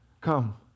Come